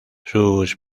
sus